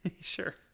sure